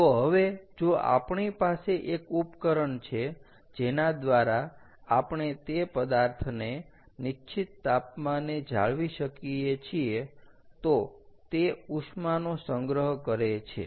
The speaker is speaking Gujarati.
તો હવે જો આપણી પાસે એક ઉપકરણ છે જેના દ્વારા આપણે તે પદાર્થને નિશ્ચિત તાપમાને જાળવી શકીએ છીએ તો તે ઉષ્માનો સંગ્રહ કરે છે